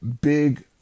big